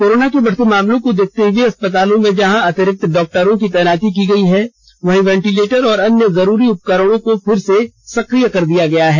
corona के बढ़ते मामलों को देखते हए अस्पतालों में जहां अतिरिक्त डॉक्टरों की तैनाती की गई है वहीं वेंटीलेटर और अन्य जरूरी उपकरणों को फिर से सक्रिय कर दिया गया है